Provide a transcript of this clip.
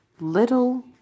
Little